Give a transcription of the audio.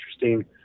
interesting